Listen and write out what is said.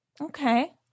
okay